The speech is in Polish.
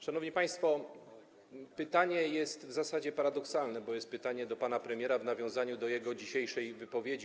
Szanowni państwo, pytanie jest w zasadzie paradoksalne, bo to pytanie do pana premiera w nawiązaniu do jego dzisiejszej wypowiedzi.